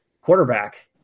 quarterback